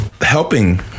helping